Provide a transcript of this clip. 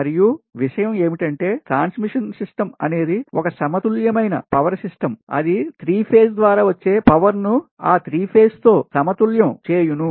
మరియు విషయం ఏమిటంటే ట్రాన్స్మిషన్ సిస్టమ్ అనేది ఒక సమతుల్యమైన పవర్ సిస్టమ్ అది 3 పేజ్ ద్వారా వచ్చే పవర్ ను ఆ 3 పేజ్ తో సమతుల్యం బ్యాలెన్స్ చేయును